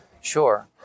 Sure